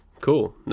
Cool